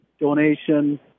donation